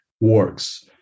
works